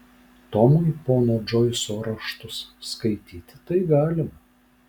tomui pono džoiso raštus skaityti tai galima